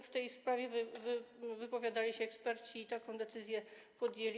W tej sprawie wypowiadali się eksperci i taką decyzję podjęli.